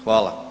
Hvala.